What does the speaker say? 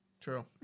True